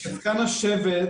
כזקן השבט,